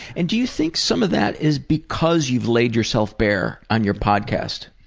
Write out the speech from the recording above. and do you think some of that is because you've laid yourself bare on your podcast?